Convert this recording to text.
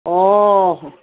অঁ